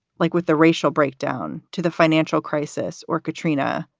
like, with the racial breakdown, to the financial crisis or katrina,